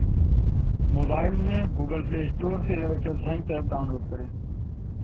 mobile में Google play store से Airtel thanks app download करें